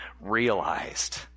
realized